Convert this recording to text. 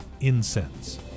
incense